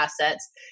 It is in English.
assets